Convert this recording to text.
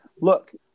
look